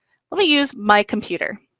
let me use my computer.